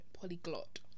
polyglot